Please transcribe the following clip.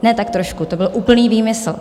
Ne tak trošku, to byl úplný výmysl.